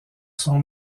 son